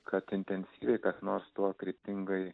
kad intensyviai kas nors tuo kryptingai